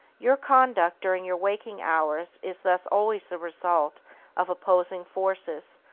your conduct during your waking hours is thus always the result of opposing forces,